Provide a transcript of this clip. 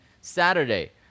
Saturday